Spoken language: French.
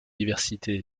diversité